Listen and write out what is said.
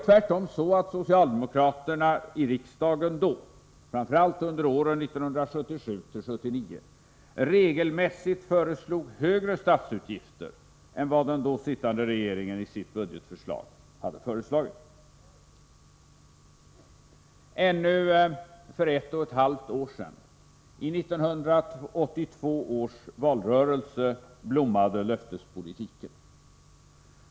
Tvärtom föreslog socialdemokraterna i riksdagen, framför allt under åren 1977-1979, regelmässigt högre statsutgifter än vad den då sittande regeringen i sitt budgetförslag hade föreslagit. Ännu för ett och ett halvt år sedan i 1982 års valrörelse blommade löftespolitiken.